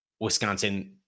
Wisconsin